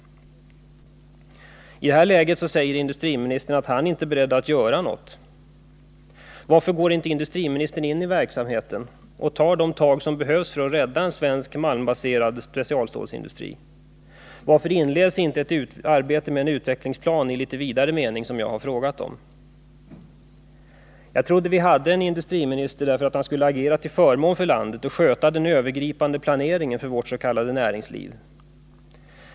I det läget säger industriministern att han inte är beredd att göra någonting. Varför går inte industriministern in i verksamheten och tar de tag som behövs för att rädda en svensk malmbaserad specialstålsindustri? Varför inleds inte ett arbete på en sådan utvecklingsplan i vidare mening som jag frågat om? Jag trodde att vi hade en industriminister därför att han skulle agera till förmån för landet och sköta den övergripande planeringen för vårt s.k. näringsliv.